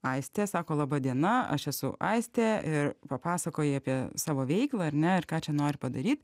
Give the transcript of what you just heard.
aistė sako laba diena aš esu aistė ir papasakoji apie savo veiklą ar ne ir ką čia nori padaryt